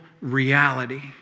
reality